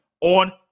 on